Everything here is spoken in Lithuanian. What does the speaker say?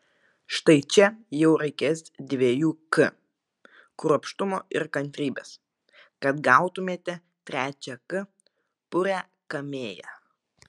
štai čia jau reikės dviejų k kruopštumo ir kantrybės kad gautumėte trečią k purią kamėją